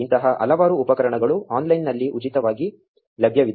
ಇಂತಹ ಹಲವಾರು ಉಪಕರಣಗಳು ಆನ್ಲೈನ್ನಲ್ಲಿ ಉಚಿತವಾಗಿ ಲಭ್ಯವಿದೆ